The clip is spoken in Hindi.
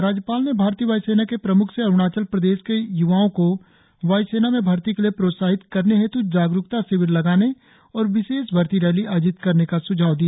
राज्यपाल ने भारतीय वायुसेना के प्रमुख से अरुणाचल प्रदेश के युवाओ को वायुसेना में भर्ती के लिए प्रोत्साहित करने हेत् जागरुकता शिविर लगाने और विशेष भर्ती रैली आयोजित करने का सुझाव दिया